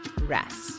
rest